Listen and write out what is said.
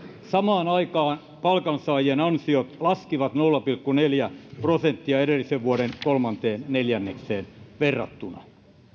samaan aikaan palkansaajien ansiot laskivat nolla pilkku neljä prosenttia edellisen vuoden kolmanteen neljännekseen verrattuna